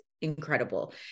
incredible